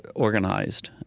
organized,